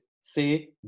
say